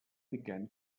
began